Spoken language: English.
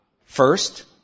first